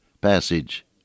passage